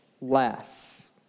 less